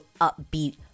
upbeat